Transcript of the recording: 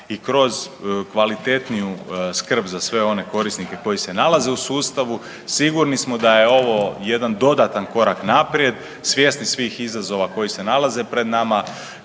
i kroz kvalitetniju skrb za sve one korisnike koji se nalaze u sustavu. Sigurni smo da je ovo jedan dodatan korak naprijed, svjesni svih izazova koji se nalaze pred nama,